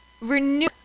renew